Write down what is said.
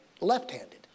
left-handed